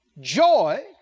Joy